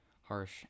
harsh